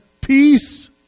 Peace